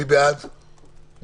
מי בעד ההסתייגות?